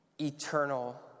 eternal